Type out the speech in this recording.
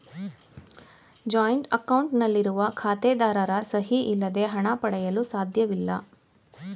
joint account ನಲ್ಲಿರುವ ಖಾತೆದಾರರ ಸಹಿ ಇಲ್ಲದೆ ಹಣ ಪಡೆಯಲು ಸಾಧ್ಯವಿಲ್ಲ